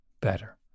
better